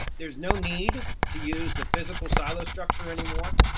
there's no need to use the physical silo structure anymore,